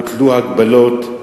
הוטלו הגבלות.